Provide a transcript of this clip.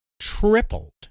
tripled